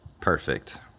Perfect